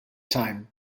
time